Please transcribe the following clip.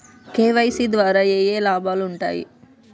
KYC ద్వారా ఏఏ లాభాలు ఉంటాయి?